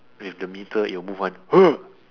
with the meter it will move one